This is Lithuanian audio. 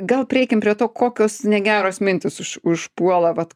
gal prieikim prie to kokios negeros mintys užpuola vat